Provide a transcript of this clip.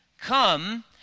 Come